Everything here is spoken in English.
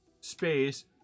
space